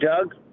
Doug